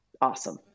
awesome